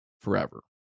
forever